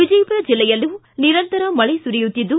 ವಿಜಯಪುರ ಜಿಲ್ಲೆಯಲ್ಲೂ ನಿರಂತರ ಮಳೆ ಸುರಿಯುತ್ತಿದ್ದು